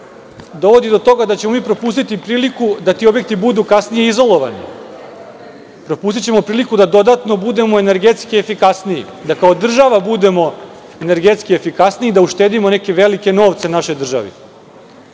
dovodi do toga da ćemo propustiti priliku da ti objekti budu kasnije izolovani. Propustićemo priliku da dodatno budemo energetski efikasniji, da kao država budemo energetski efikasniji i da uštedimo neke velike novce našoj državi. Dakle,